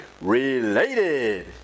related